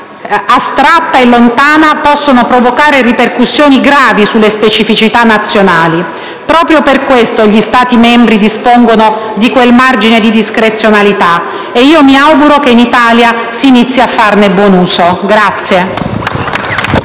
astratta e lontana possono provocare ripercussioni gravi sulle specificità nazionali. Proprio per questo, gli Stati membri dispongono di quel margine di discrezionalità, e mi auguro che in Italia si inizi a farne buon uso.